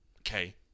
Okay